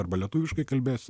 arba lietuviškai kalbės